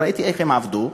ראיתי איך הם עבדו,